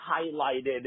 highlighted